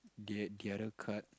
the the other card